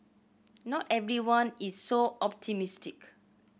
not everyone is so optimistic